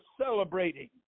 celebrating